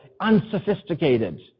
unsophisticated